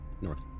North